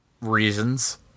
reasons